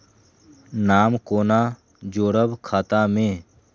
नाम कोना जोरब खाता मे